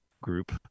group